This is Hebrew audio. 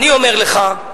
אני אומר לך: